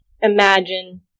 imagine